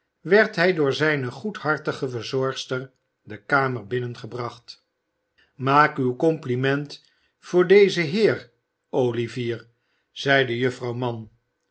werd hij door zijne goedhartige verzorgster de kamer binnengebracht maak uw compliment voor dezen heer olivier zeide juffrouw mann